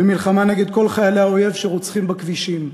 במלחמה נגד כל חיילי האויב שרוצחים בכבישים,